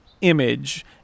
image